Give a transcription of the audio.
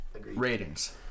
Ratings